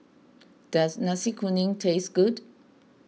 does Nasi Kuning taste good